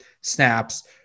snaps